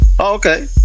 Okay